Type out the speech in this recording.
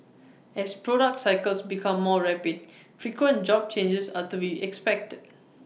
as products cycles become more rapid frequent job changes are to be expected